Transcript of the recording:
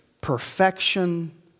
perfection